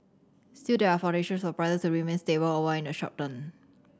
still there are foundations for prices to remain stable overall in the short term